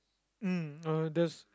mm uh there's